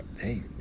hey